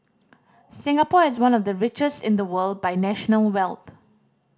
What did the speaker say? Singapore is one of the richest in the world by national wealth